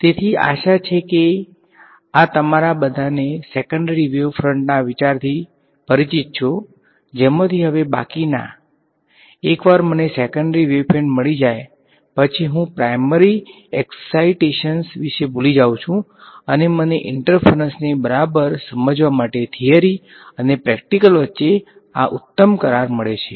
તેથી આશા છે કે આ તમારા બધાને સેકેન્ડરી વેવ ફ્રંટ ના વિચારથી પરિચિત છો જેમાંથી હવે બાકીના એકવાર મને સેકેન્ડરી વેવ ફ્રંટ મળી જાય પછી હું પ્રાયમરી એક્સાઈટેશન વિશે ભૂલી શકું છું અને મને ઈંટરફરંસને બરાબર સમજાવવા માટે થીયરી અને પ્રેક્ટીકલ વચ્ચે આ ઉત્તમ કરાર મળે છે